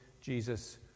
Jesus